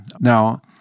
Now